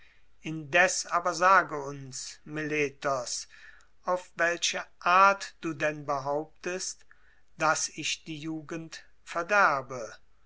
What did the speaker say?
indes aber sage uns meletos auf welche art du denn behauptest daß ich die jugend verderbe